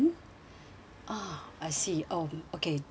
ah I see oh okay